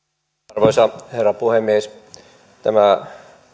arvoisa herra puhemies tämä